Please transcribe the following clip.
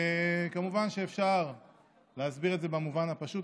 כמובן שאפשר להסביר את זה במובן הפשוט,